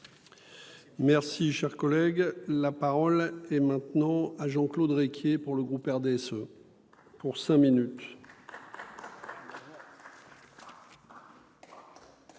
Merci, cher collègue, la parole est maintenant à Jean-Claude Requier pour le groupe RDSE pour cinq minutes.